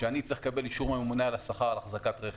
כשאני צריך לקבל אישור מהממונה על השכר על אחזקת רכב.